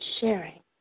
sharing